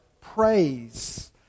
praise